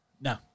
No